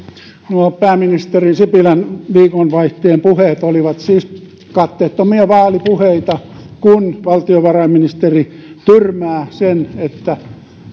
nuo pääministeri sipilän viikonvaihteen puheet olivat siis katteettomia vaalipuheita kun valtiovarainministeri tyrmää sen että